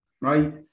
right